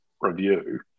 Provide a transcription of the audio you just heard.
review